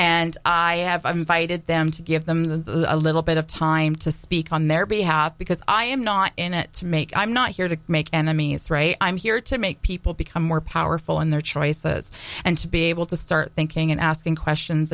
and i have invited them to give them the a little bit of time to speak on their behalf because i am not in it to make i'm not here to make enemies ray i'm here to make people become more powerful in their choices and to be able to start thinking and asking questions